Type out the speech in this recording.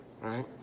right